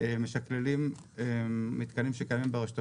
משכללים מתקנים שקיימים ברשות הפלסטינית,